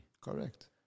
Correct